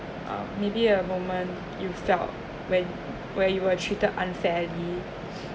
uh maybe a moment you felt when where you were treated unfairly yeah